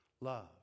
love